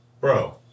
Bro